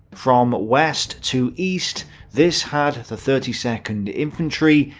from west to east this had the thirty second infantry,